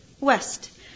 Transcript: west